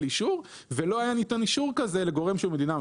אישור ולא היה ניתן אישור כזה לגורם שהוא מדינה עוינת.